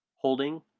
Holding